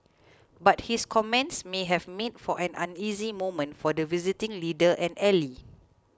but his comments may have made for an uneasy moment for the visiting leader and ally